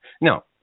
now